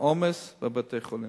העומס בבתי-החולים.